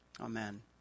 Amen